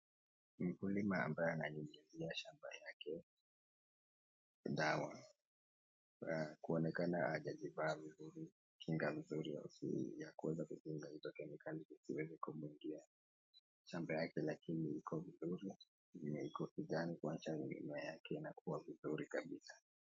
Mkulima ambaye ananyunyizia shamba yake dawa kuonekana hajajivaa vizuri, kinga vizuri ya kuweza kukinga hizo kemikali zisiweze kumuingia. Shamba yake lakini iko vizuri, iko kijani kuonyesha mimea yake inakuwa vizuri kabisa.